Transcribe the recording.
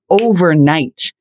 overnight